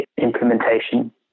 implementation